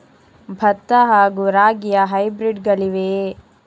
ಭತ್ತ ಹಾಗೂ ರಾಗಿಯ ಹೈಬ್ರಿಡ್ ಗಳಿವೆಯೇ?